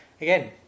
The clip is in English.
Again